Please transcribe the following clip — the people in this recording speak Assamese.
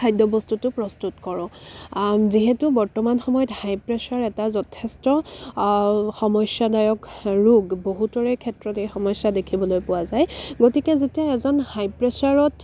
খাদ্যবস্তুটো প্ৰস্তুত কৰোঁ যিহেতু বৰ্তমান সময়ত হাই প্ৰেছাৰ এটা যথেষ্ট সমস্যাদায়ক ৰোগ বহুতৰে ক্ষেত্ৰত এই সমস্যা দেখিবলৈ পোৱা যায় গতিকে যেতিয়া এজন হাই প্ৰেছাৰত